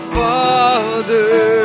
father